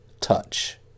touch